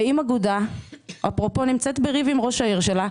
אם אגודה נמצאת בריב עם ראש העיר שלה,